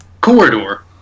Corridor